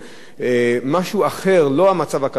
לא המצב הכלכלי כאן אפיין בסגירת החנות "קיקה".